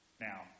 Now